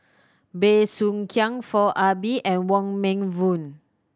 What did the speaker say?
Bey Soo Khiang Foo Ah Bee and Wong Meng Voon